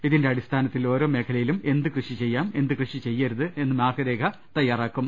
ഇതിന്റെ അടിസ്ഥാന ത്തിൽ ഓരോ മേഖലയിലും എന്ത് കൃഷി ചെയ്യാം എന്ത് കൃഷി ചെയ്യരുത് എന്ന് മാർഗരേഖ തയ്യാറാക്കും